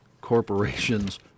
corporations